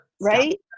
right